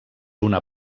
una